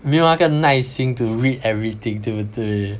没有那个耐心 to read everything to to